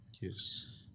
Yes